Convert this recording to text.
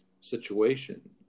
situation